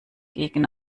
gegen